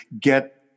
get